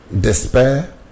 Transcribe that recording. despair